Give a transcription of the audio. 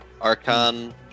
archon